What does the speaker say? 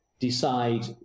decide